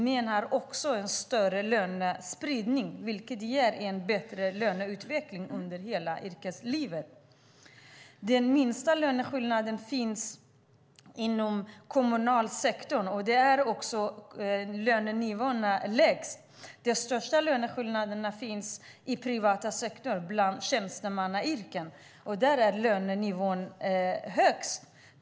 Det är också en större lönespridning, vilket ger en bättre löneutveckling under hela yrkeslivet. De minsta löneskillnaderna finns inom kommunal sektor. Där är också lönenivåerna lägst. De största löneskillnaderna finns inom privat sektor i tjänstemannayrken. Där är lönenivåerna högst.